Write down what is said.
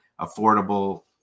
affordable